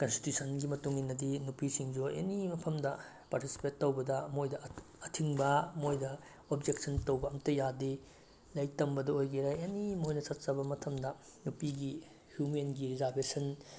ꯀꯟꯁꯇꯤꯇ꯭ꯌꯨꯁꯟꯒꯤ ꯃꯇꯨꯡ ꯏꯟꯅꯗꯤ ꯅꯨꯄꯤꯁꯤꯡꯁꯨ ꯑꯦꯅꯤ ꯃꯐꯝꯗ ꯄꯥꯔꯇꯤꯁꯤꯄꯦꯠ ꯇꯧꯕꯗ ꯃꯣꯏꯗ ꯑꯊꯤꯡꯕ ꯃꯣꯏꯗ ꯑꯣꯕꯖꯦꯛꯁꯟ ꯇꯧꯕ ꯑꯝꯇ ꯌꯥꯗꯦ ꯂꯥꯏꯔꯤꯛ ꯇꯝꯕꯗ ꯑꯣꯏꯒꯦꯔ ꯑꯦꯅꯤ ꯃꯣꯏꯅ ꯆꯠꯆꯕ ꯃꯇꯝꯗ ꯅꯨꯄꯤꯒꯤ ꯍꯤꯎꯃꯦꯟꯒꯤ ꯔꯤꯖꯥꯔꯕꯦꯁꯟ